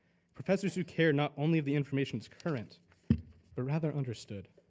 professors who cared not only of the information current but rather understood.